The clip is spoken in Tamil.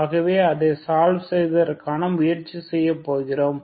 ஆகவே அதை சால்வ் செய்வதற்காக முயற்சி செய்ய போகிறோம்